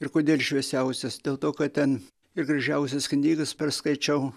ir kodėl šviesiausios dėl to kad ten ir gražiausias knygas perskaičiau